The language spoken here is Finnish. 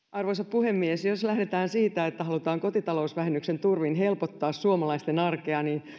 puhemies jos lähdetään siitä että halutaan kotitalousvähennyksen turvin helpottaa suomalaisten arkea niin